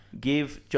Give